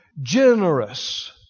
Generous